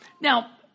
Now